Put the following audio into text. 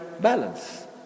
balance